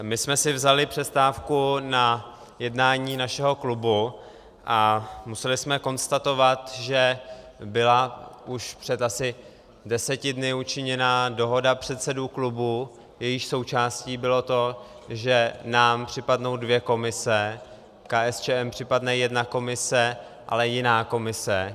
My jsme si vzali přestávku na jednání našeho klubu a museli jsme konstatovat, že byla už před asi deseti dny učiněná dohoda předsedů klubů, jejíž součástí bylo to, že nám připadnou dvě komise, KSČM připadne jedna komise, ale jiná komise.